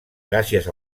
gràcies